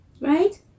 right